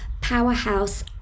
powerhouse